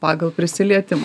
pagal prisilietimą